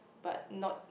but not